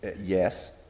Yes